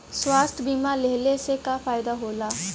स्वास्थ्य बीमा लेहले से का फायदा होला?